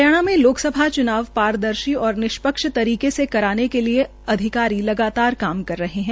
हरियाणा में लोकसभा च्नाव पारदर्शी और निष्पक्ष तरीके से कराने के लिये अधिकारी लगातार काम करे है